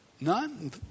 None